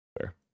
Fair